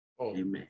Amen